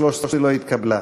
13 לא נתקבלה.